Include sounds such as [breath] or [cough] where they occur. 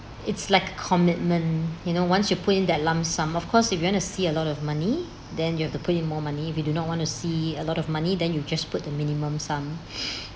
it's like commitment you know once you put in that lump sum of course if you want to see a lot of money then you have to put in more money if you do not want to see a lot of money then you just put the minimum sum [breath]